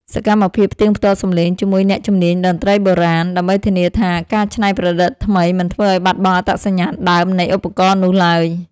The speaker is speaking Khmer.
សកម្មភាពផ្ទៀងផ្ទាត់សំឡេងជាមួយអ្នកជំនាញតន្ត្រីបុរាណ ដើម្បីធានាថាការច្នៃប្រឌិតថ្មីមិនធ្វើឱ្យបាត់បង់អត្តសញ្ញាណដើមនៃឧបករណ៍នោះឡើយ។